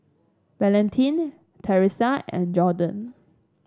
Valentin Teressa and Jordon